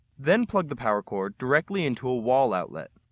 then plug the power cord directly into a wall outlet.